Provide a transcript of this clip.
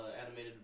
animated